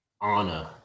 honor